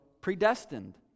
predestined